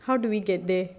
how do we get there